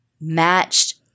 matched